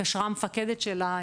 התקשרה המפקדת שלה,